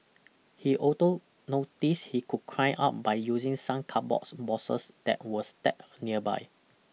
he also noticed he could climb up by using some cardboard boxes that were stacked nearby